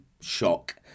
shock